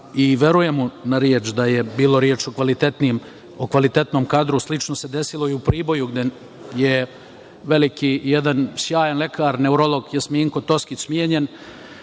i verujem na reč da je bilo reči o kvalitetnom kadru. Slično se desilo i u Priboju gde je jedan sjajan lekar neurolog Jasminko Toskić, smenjen